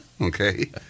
Okay